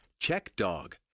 CheckDog